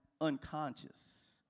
unconscious